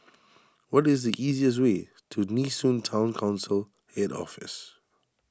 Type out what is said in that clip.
what is the easiest way to Nee Soon Town Council Head Office